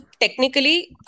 technically